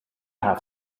have